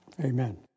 amen